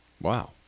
Wow